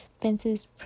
fences